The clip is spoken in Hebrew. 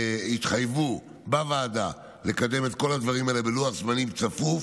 התחייבו בוועדה לקדם את כל הדברים האלה בלוח זמנים צפוף,